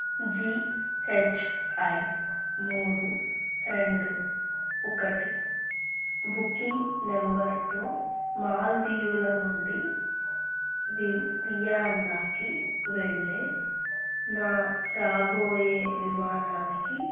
G H I మూడు రెండు ఒకటి బుకింగ్ నెంబర్తో మాల్దీవుల నుండి వియన్నాకి వెళ్ళే నా రాబోయే విమానానికి